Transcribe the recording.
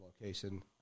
location